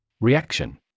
Reaction